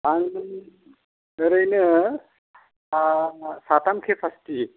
आं ओरैनो साथाम केपासिटि